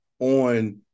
on